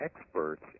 experts